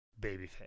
babyface